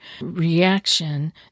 reaction